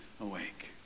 awake